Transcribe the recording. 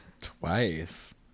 Twice